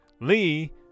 Lee